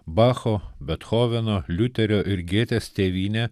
bacho bethoveno liuterio ir gėtės tėvynė